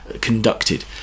conducted